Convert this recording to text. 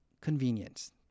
convenience